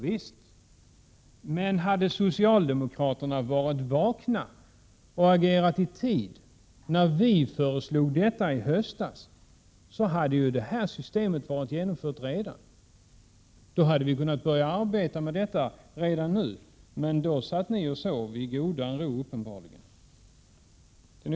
Visst är det på detta sätt, men hade socialdemokraterna varit vakna och agerat i tid när vi föreslog detta i höstas, då hade förslaget varit genomfört, och då hade vi kunnat arbeta med detta redan nu. Men då satt ni uppenbarligen och sov i godan ro.